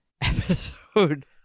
episode